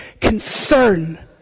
concern